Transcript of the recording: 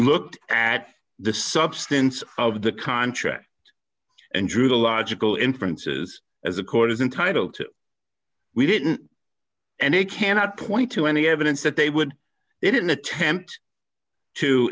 looked at the substance of the contract and drew the logical inferences as a court is entitled to we didn't and you cannot point to any evidence that they would they didn't attempt to